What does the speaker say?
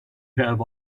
have